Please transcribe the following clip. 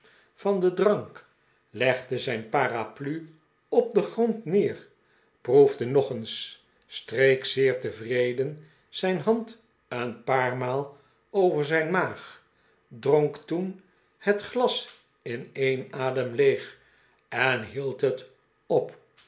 door het drank legde zijn paraplu op den grond neer proefde nog eens streek zeer tevreden zijn hand een paar maal over zijn maag dronk toeh het glas in een adem leeg en hield het op